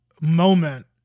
moment